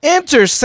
Enter